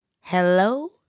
Hello